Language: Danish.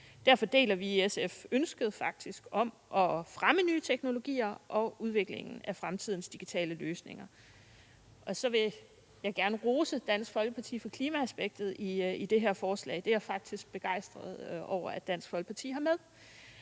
Derfor deler vi i SF faktisk ønsket om at fremme nye teknologier og udviklingen af fremtidens digitale løsninger. Og så vil jeg gerne rose Dansk Folkeparti for klimaaspektet i det her forslag. Det er jeg faktisk begejstret over at Dansk Folkeparti har med,